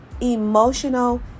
emotional